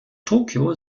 tokyo